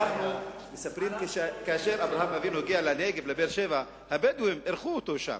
מספרים שכאשר אברהם אבינו הגיע לנגב הבדואים אירחו אותו.